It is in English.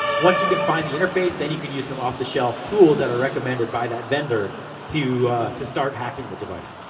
once you can find the interface, then you can use some off-the-shelf tools that are recommended by that vendor to to start hacking the device.